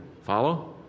Follow